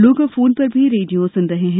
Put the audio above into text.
लोग अब फोन पर भी रेडियो सुन रहे हैं